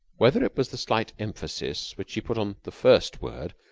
whether it was the slight emphasis which she put on the first word,